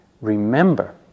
remember